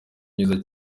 myiza